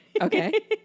Okay